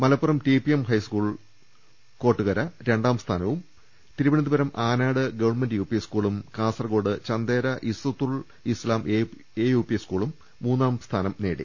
Malappuram TPM high school Kottukara രണ്ടാം സ്ഥാനവും Thiruvananthapuram Anad government UP സ്കൂളും കാസർകോട് ചന്തേരാ ഇസത്തുൽ ഇസ്ലാം എയുപി സ്കൂളും മൂന്നാം സ്ഥാനവും നേടി